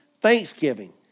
thanksgiving